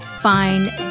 find